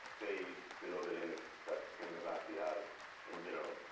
stay below the limits that the people capacity has in general.